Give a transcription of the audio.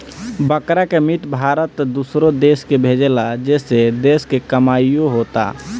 बकरा के मीट भारत दूसरो देश के भेजेला जेसे देश के कमाईओ होता